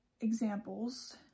examples